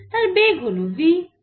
তার বেগ হল v